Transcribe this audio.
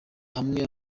hamwe